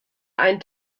ein